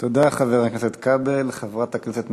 תודה, חבר הכנסת כבל.